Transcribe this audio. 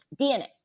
DNA